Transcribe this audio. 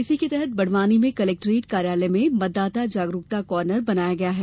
इसी के तहत बड़वानी में कलेक्ट्रेट कार्यालय में मतदाता जागरुकता कार्नर बनाया गया है